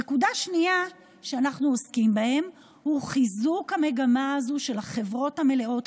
נקודה שנייה שאנחנו עוסקים בה היא חיזוק המגמה הזו של החברות המלאות,